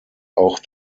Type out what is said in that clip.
auch